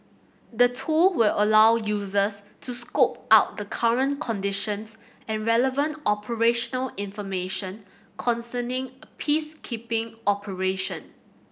the tool will allow users to scope out the current conditions and relevant operational information concerning a peacekeeping operation